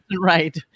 Right